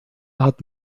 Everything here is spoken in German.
hat